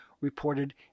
reported